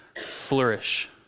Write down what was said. flourish